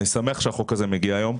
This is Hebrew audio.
אני שמח שהחוק הזה מגיע היום.